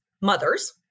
mothers